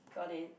got in